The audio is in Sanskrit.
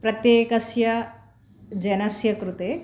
प्रत्येकस्य जनस्यकृते